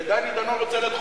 ודני דנון רוצה להיות חוקר?